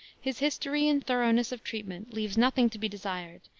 his history in thoroughness of treatment leaves nothing to be desired,